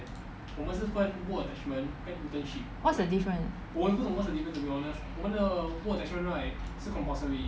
what's the difference